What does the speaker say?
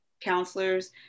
counselors